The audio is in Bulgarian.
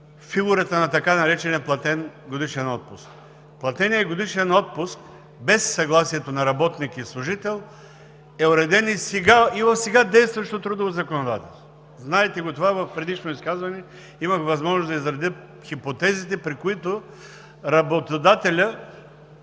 фигурата на така наречения платен годишен отпуск. Платеният годишен отпуск без съгласието на работник и служител е уреден и в сега действащото трудово законодателство. Знаете го това, в предишно изказване имах възможност да изразя хипотезите, при които работодателят